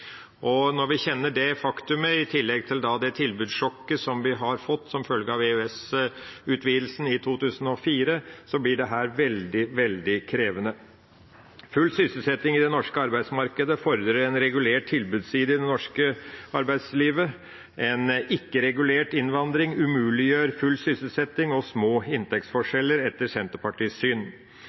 Når vi kjenner det faktumet, i tillegg til det tilbudssjokket som vi har fått som følge av EØS-utvidelsen i 2004, blir dette veldig, veldig krevende. Full sysselsetting i det norske arbeidsmarkedet fordrer en regulert tilbudsside i det norske arbeidslivet. En ikke-regulert innvandring umuliggjør full sysselsetting og små inntektsforskjeller, etter Senterpartiets syn.